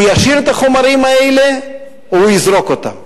הוא ישאיר את החומרים האלה או יזרוק אותם?